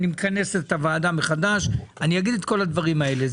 אני אכנס את הוועדה מחדש ואגיד את כל הדברים האלה.